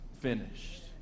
finished